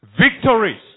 victories